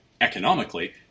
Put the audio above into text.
economically